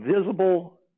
visible